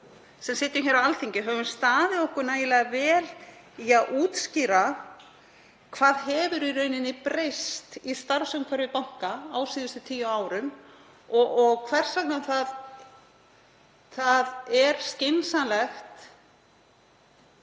sem sitjum á Alþingi höfum staðið okkur nægilega vel í að útskýra hvað hefur breyst í starfsumhverfi bankanna á síðustu tíu árum og hvers vegna það er skynsamlegt